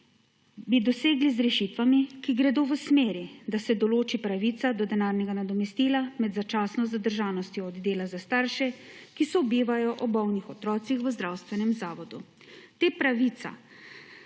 bi dosegli z rešitvami, ki gredo v smeri, da se določi pravica do denarnega nadomestila med začasno zadržanostjo od dela za starše, ki sobivajo ob bolnih otrocih v zdravstvenem zavodu. Ta pravica